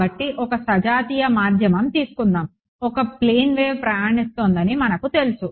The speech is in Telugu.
కాబట్టి ఒక సజాతీయ మాధ్యమం తీసుకుందాం ఒక ప్లేన్ వేవ్ ప్రయాణిస్తోందని మనకు తెలుసు